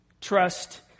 trust